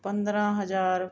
ਪੰਦਰ੍ਹਾਂ ਹਜ਼ਾਰ